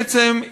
בעצם,